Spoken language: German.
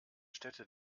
städte